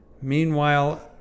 Meanwhile